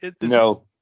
No